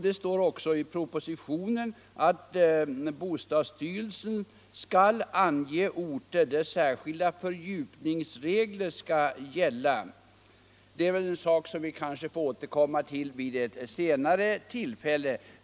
Det står också i propositionen att bostadsstyrelsen skall ange orter där särskilda fördjupningsregler skall gälla. Detta är något som vi kanske får återkomma till vid ett senare tillfälle.